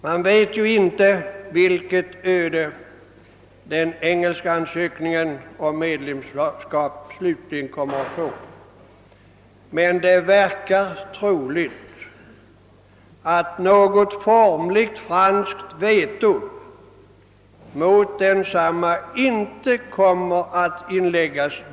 Man vet ju inte vilket öde den engelska ansökningen om medlemskap slutligen kommer att röna, men det verkar troligt att något formligt franskt veto mot densamma denna gång inte kommer att inläggas.